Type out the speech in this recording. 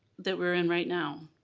that we're in right now.